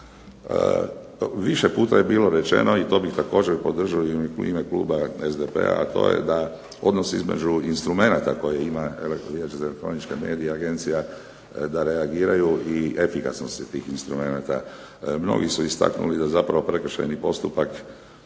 Više puta je bilo rečeno i to bih također podržao u ime Kluba SDP-a a to je da odnos između instrumenata koje ima Vijeće za elektroničke medije agencija da reagiraju i efikasnost tih instrumenata, mnogi su istaknuli da zapravo prekršajni postupak